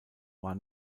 war